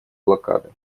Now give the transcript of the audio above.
блокады